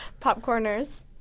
Popcorners